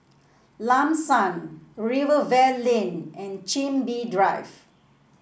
Lam San Rivervale Lane and Chin Bee Drive